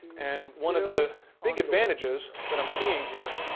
and one of the big advantages that i'm seeing here.